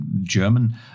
German